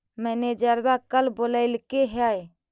मैनेजरवा कल बोलैलके है?